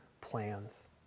plans